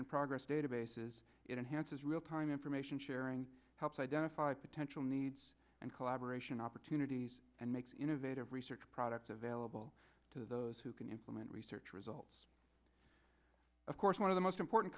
and progress databases it enhances real time information sharing helps identify potential needs and collaboration opportunities and makes innovative research products available to those who can implement research results of course one of the most important